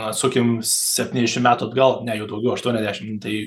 atsukim septyniasdešim metų atgal ne jau daugiau aštuoniasdešim